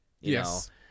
Yes